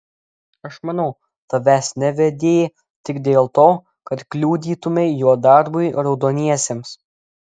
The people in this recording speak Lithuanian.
aš manau tavęs nevedė tik dėl to kad kliudytumei jo darbui raudoniesiems